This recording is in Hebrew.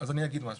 אז אני אגיד משהו.